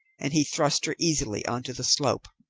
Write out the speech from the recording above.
and he thrust her easily on to the slope.